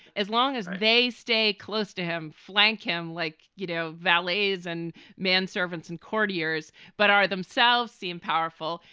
as long as they stay close to him, flank him like, you know, valets and man servants and courtiers but are themselves seem powerful.